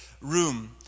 room